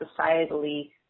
societally